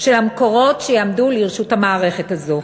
של המקורות שיעמדו לרשות המערכת הזו.